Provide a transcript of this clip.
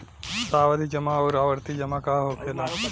सावधि जमा आउर आवर्ती जमा का होखेला?